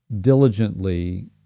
diligently